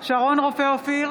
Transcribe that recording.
שרון רופא אופיר,